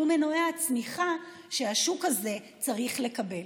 והוא מנועי הצמיחה שהשוק הזה צריך לקבל.